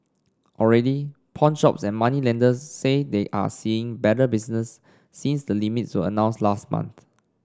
already pawnshops and moneylenders say they are seeing better business since the limits were announced last month